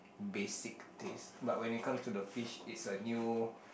basic taste but when it comes to the fish it's a new